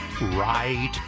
right